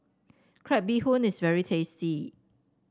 Crab Bee Hoon is very tasty